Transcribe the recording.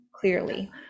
clearly